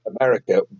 America